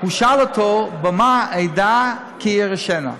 הוא שאל אותו: "במה אדע כי אירשנה?"